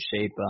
shape